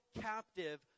captive